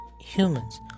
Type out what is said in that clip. humans